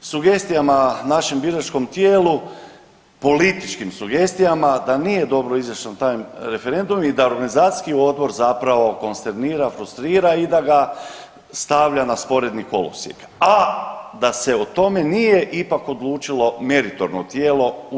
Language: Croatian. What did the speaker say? sugestijama našem biračkom tijelu, političkim sugestijama da nije dobro izać na taj referendum i da organizacijski odbor zapravo konsternira, frustrira i da ga stavlja na sporedni kolosijek, a da se o tome ipak nije odlučilo meritorno tijelo Ustavni sud.